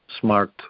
smart